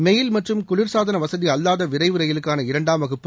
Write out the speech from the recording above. mail மற்றும் குளிர்சாதன வசதி அல்லாத விரைவு ரயிலுக்கான இரண்டாம் வகுப்பு